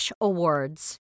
awards